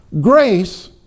grace